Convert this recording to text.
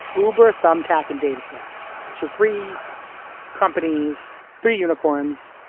uber, thumbtack, and datastax. so three companies, three unicorns,